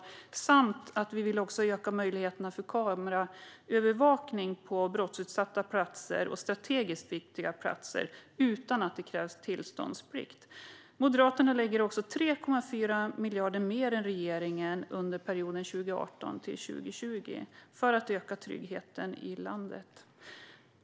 Dessutom vill vi öka möjligheterna för kameraövervakning på brottsutsatta platser och strategiskt viktiga platser utan tillståndsplikt. Moderaterna lägger också 3,4 miljarder mer än regeringen under perioden 2018-2020 på att öka tryggheten i landet.